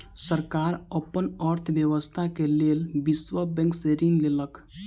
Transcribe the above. सरकार अपन अर्थव्यवस्था के लेल विश्व बैंक से ऋण लेलक